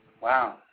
Wow